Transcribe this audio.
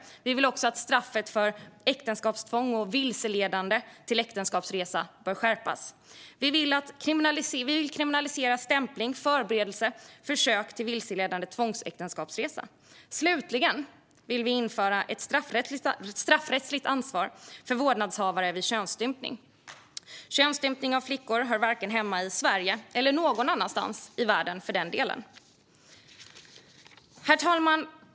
Vi anser också att straffet för äktenskapstvång och vilseledande till äktenskapsresa bör skärpas. Vi vill kriminalisera stämpling, förberedelse och försök till vilseledande till tvångsäktenskapsresa. Slutligen vill vi införa ett straffrättsligt ansvar för vårdnadshavare vid könsstympning. Könsstympning av flickor hör inte hemma i Sverige - och inte heller någon annanstans i världen för den delen. Herr talman!